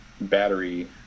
battery